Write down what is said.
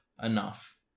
Enough